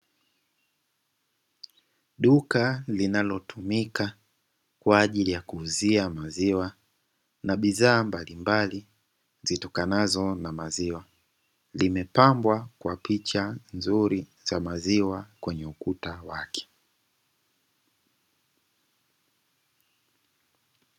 Duka linalotumika kwa ajili ya kuuzia maziwa na bidhaa mbalimbali zitokanazo na maziwa; limepambwa kwa picha nzuri za maziwa kwenye ukuta wake.